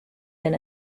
been